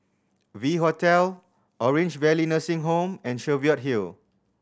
V Hotel Orange Valley Nursing Home and Cheviot Hill